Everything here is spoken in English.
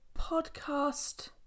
podcast